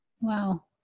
Wow